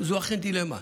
זו אכן דילמה.